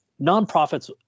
nonprofits